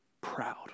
Proud